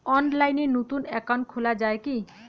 অনলাইনে নতুন একাউন্ট খোলা য়ায় কি?